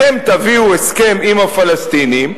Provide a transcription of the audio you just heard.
אתם תביאו הסכם עם הפלסטינים,